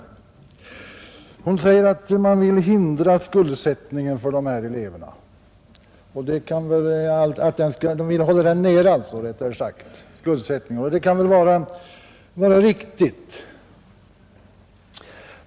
Fröken Sandell sade att man vill hålla skuldsättningen nere för de elever det här gäller. Det kan väl vara riktigt.